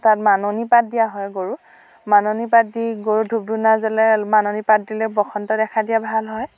তাত মাননি পাত দিয়া হয় গৰুক মাননি পাত দি গৰুক ধূপ ধূনা জ্বলাই মাননি পাত দিলে বসন্ত দেখা দিয়া ভাল হয়